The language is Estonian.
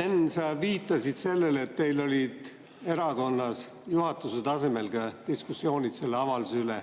Enn, sa viitasid sellele, et teil olid erakonnas juhatuse tasemel ka diskussioonid selle avalduse